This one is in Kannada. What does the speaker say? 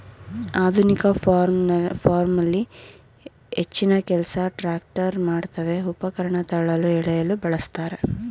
ಆಧುನಿಕ ಫಾರ್ಮಲ್ಲಿ ಹೆಚ್ಚಿನಕೆಲ್ಸ ಟ್ರ್ಯಾಕ್ಟರ್ ಮಾಡ್ತವೆ ಉಪಕರಣ ತಳ್ಳಲು ಎಳೆಯಲು ಬಳುಸ್ತಾರೆ